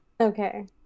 Okay